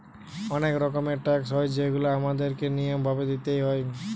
অনেক রকমের ট্যাক্স হয় যেগুলা আমাদের কে নিয়ম ভাবে দিইতে হয়